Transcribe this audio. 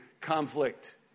conflict